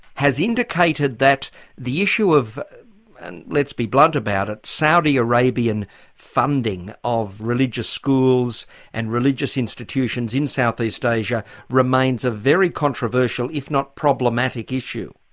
has indicated that the issue of and let's be blunt about it saudi arabian funding of religious schools and religious institutions in south-east asia remains a very controversial if not problematic issue.